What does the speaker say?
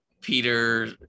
Peter